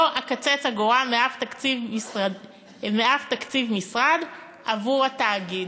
לא אקצץ אגורה משום תקציב משרד עבור התאגיד.